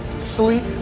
sleep